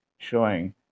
Showing